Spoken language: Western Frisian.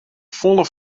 folle